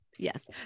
Yes